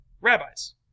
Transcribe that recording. rabbis